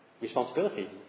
responsibility